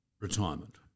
retirement